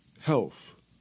health